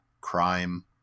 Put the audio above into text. crime